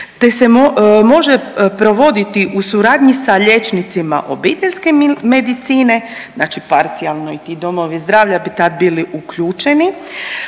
te se može provoditi u suradnji sa liječnicima obiteljske medicine, znači parcijalno i ti domovi zdravlja bi tad bili uključeni,